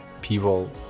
people